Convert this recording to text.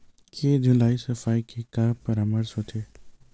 के धुलाई सफाई के का परामर्श हे?